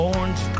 Orange